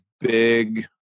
big